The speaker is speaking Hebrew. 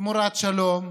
תמורת שלום,